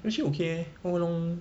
actually okay eh all along